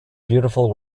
beautiful